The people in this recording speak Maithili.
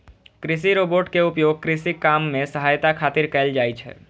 कृषि रोबोट के उपयोग कृषि काम मे सहायता खातिर कैल जाइ छै